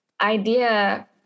idea